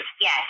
Yes